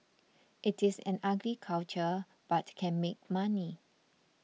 it is an ugly culture but can make money